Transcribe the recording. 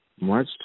March